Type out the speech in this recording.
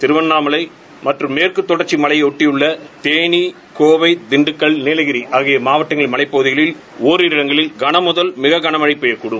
திருவண்ணாமலைமற்றம் மேற்குதொடர்ச்சிமலையைஒட்டியுள்ளதேனி கோவை திண்டுக்கல் நீலகிரிஆகியமாவட்டங்களின் மலைப்பகுதிகளில் ஒரிரு இடங்களில் கனமுதல் மிககனமழைபெய்யக்கூடும்